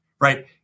right